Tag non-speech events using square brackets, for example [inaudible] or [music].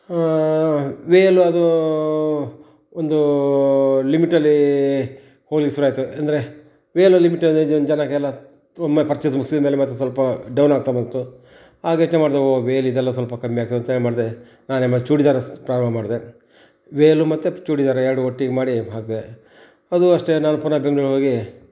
ಹಾಂ ವೇಲು ಅದೂ ಒಂದೂ ಲಿಮಿಟಲ್ಲೀ ಹೋಗ್ಲಿಕ್ಕೆ ಶುರುವಾಯ್ತು ಅಂದರೆ ವೇಲು [unintelligible] ಜನಕ್ಕೆಲ್ಲಾ ಒಮ್ಮೆ ಪರ್ಚೇಸ್ ಮುಗಿಸಿದ್ಮೇಲೆ ಮತ್ತು ಸ್ವಲ್ಪ ಡೌನಾಗ್ತಾ ಬಂತು ಆಗಿ ಯೋಚನೆ ಮಾಡಿದೆ ಓ ವೇಲಿದೆಲ್ಲ ಸ್ವಲ್ಪ ಕಮ್ಮಿ ಆಗ್ತದಂತೇಳಿ ಮಾಡಿದೆ ನಾನೆ ಮತ್ತು ಚೂಡಿದಾರ ಪ್ರಾರಂಭ ಮಾಡಿದೆ ವೇಲು ಮತ್ತು ಚೂಡಿದಾರ ಎರಡು ಒಟ್ಟಿಗೆ ಮಾಡಿ ಹಾಕಿದೆ ಅದೂ ಅಷ್ಟೇ ನಾನು ಪುನಾ ಬೆಂಗ್ಳೂರಿಗ್ ಹೋಗಿ